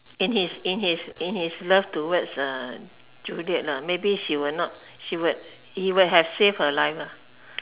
in his in his in his love towards uh Juliet ah maybe she will not she would he would have saved her life ah